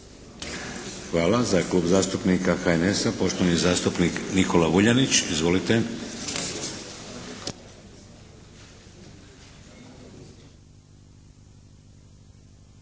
Hvala. Za Klub zastupnika HNS-a poštovani zastupnik Nikola Vuljanić. Izvolite.